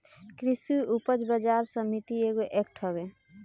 कृषि उपज बाजार समिति एगो एक्ट हवे